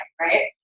right